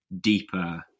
deeper